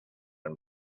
and